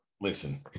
listen